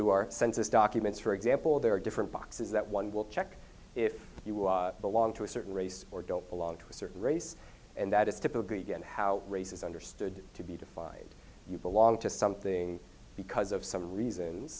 to our census documents for example there are different boxes that one will check if you will belong to a certain race or don't belong to a certain race and that is typically again how race is understood to be defied you belong to something because of some reasons